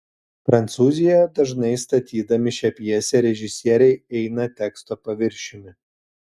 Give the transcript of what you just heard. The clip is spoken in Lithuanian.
prancūzijoje dažnai statydami šią pjesę režisieriai eina teksto paviršiumi